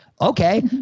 Okay